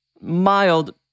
mild